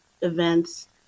events